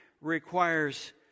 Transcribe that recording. requires